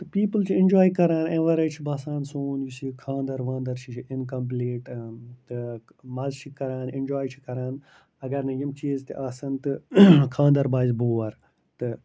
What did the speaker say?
تہٕ پیٖپٕل چھِ اِنجاے کَران ایٚمۍ وَرٲے چھِ باسان سون یُس یہِ خانٛدَر وانٛدَر چھِ یہِ چھِ اِنکَمپٕلیٖٹ تہٕ مَزٕ چھِ کَران اٮ۪نجوے چھِ کَران اَگر نہٕ یِم چیٖز تہِ آسَن تہٕ خانٛدَر باسہِ بور تہٕ